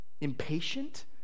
impatient